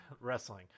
wrestling